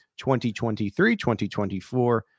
2023-2024